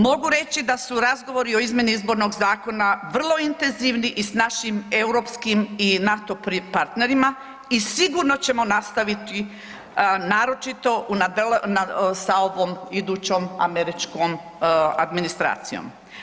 Mogu reći da su razgovori o izmjeni izbornog zakona vrlo intenzivni s našim europskim i NATO partnerima i sigurno ćemo nastaviti naročito sa ovom idućom američkom administracijom.